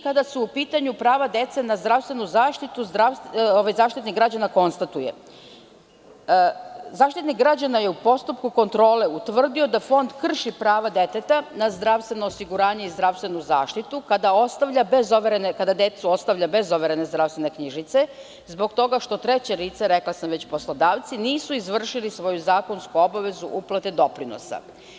Kada su u pitanju prava dece na zdravstvenu zaštitu, Zaštitnik građana je u postupku kontrole utvrdio da Fond krši prava deteta na zdravstveno osiguranje i zdravstvenu zaštitu kada decu ostavlja bez overene zdravstvene knjižice, zbog toga što treće lice, a rekla sam već poslodavci, nisu izvršili svoju zakonsku obavezu uplate doprinosa.